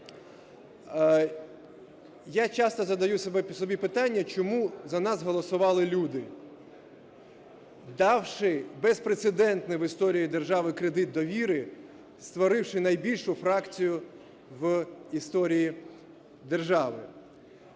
Я часто задаю собі питання, чому за нас голосували люди, давши безпрецедентний в історії держави кредит довіри, створивши найбільшу фракцію в історії держави.